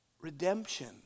Redemption